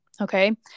okay